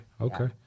okay